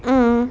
mm